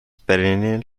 perennial